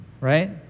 right